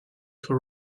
for